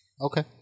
Okay